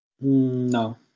No